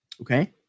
Okay